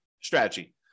strategy